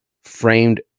framed